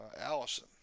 Allison